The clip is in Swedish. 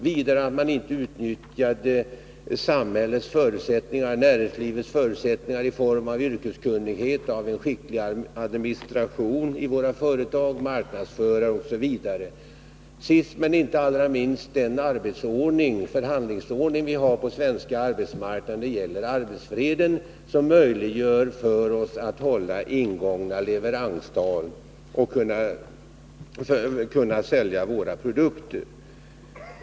Vidare utnyttjade man inte de förutsättningar som fanns i samhället och näringslivet i form av yrkeskunnighet, skickliga administratörer vid våra företag, marknadsförare osv. Sist men inte minst har vi pekat på den förhandlingsordning som finns på den svenska arbetsmarknaden när det gäller arbetsfreden och som gör det möjligt för oss att hålla ingångna leveransavtal och att sälja våra produkter.